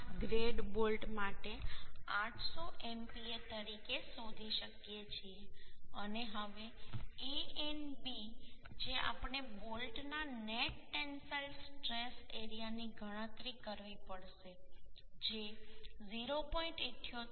8 grade bolt માટે 800 MPa તરીકે શોધી શકીએ છીએ અને હવે Anb જે આપણે બોલ્ટના નેટ ટેન્સાઇલ સ્ટ્રેસ એરિયાની ગણતરી કરવી પડશે જે 0